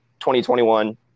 2021